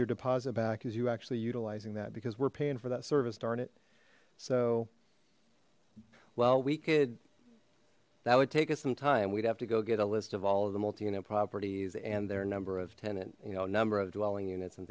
your deposit back is you actually utilizing that because we're paying for that service darn it so well we could that would take us some time we'd have to go get a list of all of the multi unit properties and their number of tenant you know a number of dwelling units and